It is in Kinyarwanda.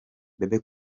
bebe